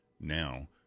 now